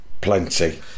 Plenty